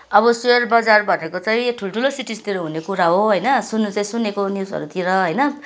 अब सेयर बजार भनेको चाहिँ यो ठुलठुलो सिटिजतिर हुने कुरा हो होइन सुन्नु चाहिँ सुनेको न्युजहरूतिर होइन